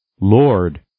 Lord